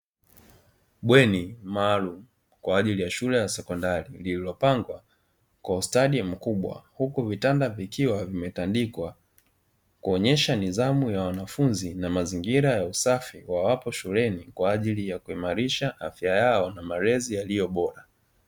Bweni maalumu kwa ajili ya shule ya sekondari, lililopangwa kwa ustadi mkubwa huku vitanda vikiwa vimetandikwa kuonyesha nidhamu ya wanafunzi na mazingira ya usafi wa hapo shuleni, kwa ajili ya kuimarisha afya yao na malezi yaliyobora.